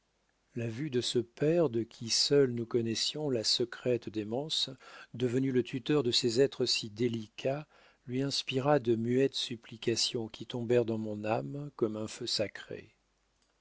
la vue de ce père de qui seuls nous connaissions la secrète démence devenu le tuteur de ces êtres si délicats lui inspira de muettes supplications qui tombèrent dans mon âme comme un feu sacré